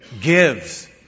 Gives